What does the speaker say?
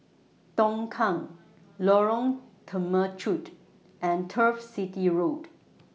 Tongkang Lorong Temechut and Turf City Road